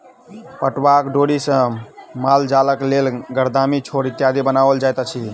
पटुआक डोरी सॅ मालजालक लेल गरदामी, छोड़ इत्यादि बनाओल जाइत अछि